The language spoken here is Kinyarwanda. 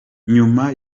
nyuma